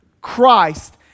Christ